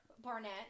Barnett